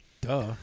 Duh